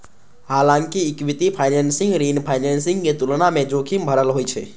हालांकि equity financing ऋण financing के तुलना मे जोखिम भरल होइ छै